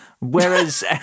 Whereas